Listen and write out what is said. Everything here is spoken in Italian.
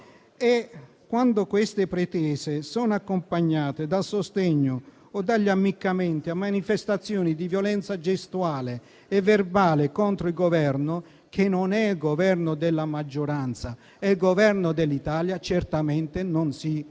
Quando queste pretese sono accompagnate dal sostegno o dagli ammiccamenti a manifestazioni di violenza gestuale e verbale contro il Governo, che non è il Governo della maggioranza, ma è il Governo dell'Italia, certamente non si fa